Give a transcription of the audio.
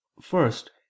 First